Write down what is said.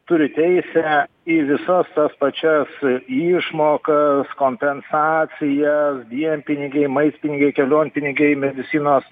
turi teisę į visas tas pačias išmokas kompensacijas dienpinigiai maistpingiai kelionpinigiai medicinos